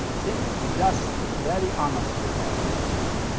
think just very honestly about yourself.